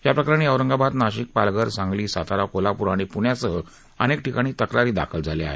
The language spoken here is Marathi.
या प्रकरणी औरंगाबाद नाशिक पालघर सांगली सातारा कोल्हापूर आणि पृण्यासह अनेक ठिकाणी तक्रारी दाखल झाल्या आहेत